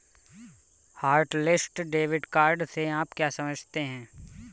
Hotlist debit card से आप क्या समझते हैं?